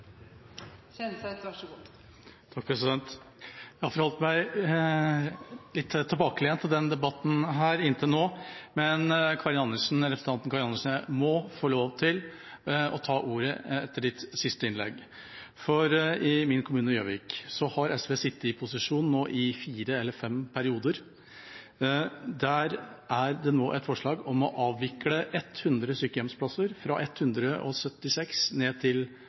forholdt meg litt tilbakelent i denne debatten inntil nå, men jeg må få lov til, etter representanten Karin Andersens siste innlegg, å ta ordet. For i min kommune, Gjøvik, har SV nå sittet i posisjon i fire eller fem perioder. Der er det nå et forslag om å avvikle 100 sykehjemsplasser, fra 176 ned til